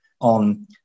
on